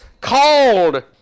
called